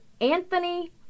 Anthony